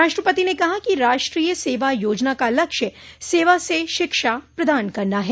राष्ट्रपति ने कहा कि राष्ट्रीय सेवा योजना का लक्ष्य सेवा से शिक्षा प्रदान करना है